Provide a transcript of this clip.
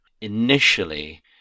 initially